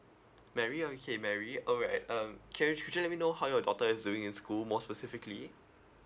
mary okay mary alright um can you actua~ actually let me know how your daughter is doing in school more specifically